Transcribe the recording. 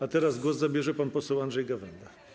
A teraz głos zabierze pan poseł Andrzej Gawęda.